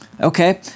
Okay